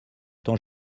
tant